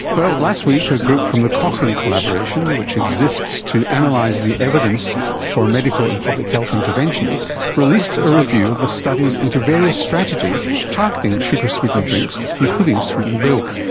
well, last week a group from the cochrane collaboration which exists to and analyse the evidence for medical and public health interventions released a review of the studies into various strategies targeting sugar sweetened drinks, including sweetened milk.